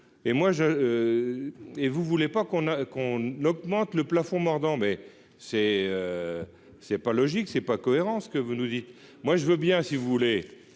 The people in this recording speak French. et moi je et vous voulez pas qu'on a qu'on augmente le plafond mordant mais c'est c'est pas logique, c'est pas cohérent ce que vous nous dites, moi je veux bien, si vous voulez